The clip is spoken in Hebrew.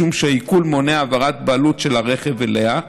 משום שהעיקול מונע העברת בעלות של הרכב אליה,